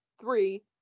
three